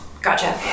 Gotcha